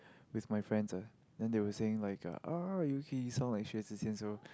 with my friends ah then they were saying like uh oh you sound like Xue-Zi-Qian so